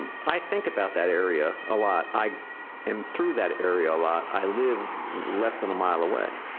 i think about that area a lot. i am through that area a lot. i live less than a mile away.